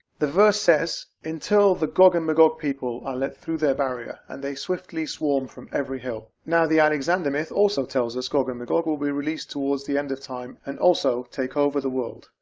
the verse says until the gog and magog people are let through their barrier and they swiftly swarm from every hill now the alexander myth also tells us gog and magog will be released towards the end of time and also take over the world.